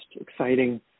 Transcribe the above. exciting